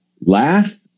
laugh